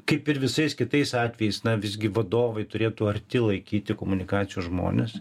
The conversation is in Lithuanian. kaip ir visais kitais atvejais na visgi vadovai turėtų arti laikyti komunikacijų žmones